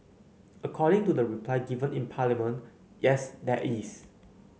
according to the reply given in Parliament yes there is